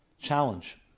challenge